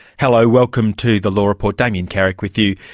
hello, welcome to the law report, damien carrick with you.